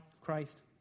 Christ